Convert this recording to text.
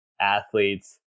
athletes